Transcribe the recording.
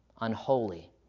unholy